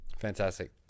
Fantastic